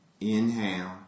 Inhale